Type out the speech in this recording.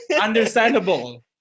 understandable